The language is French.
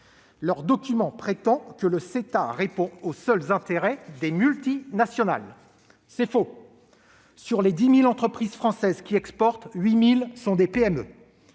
Leur document prétend que le CETA répond aux seuls intérêts des multinationales. C'est faux ! Sur les 10 000 entreprises françaises qui exportent, 8 000 sont des PME.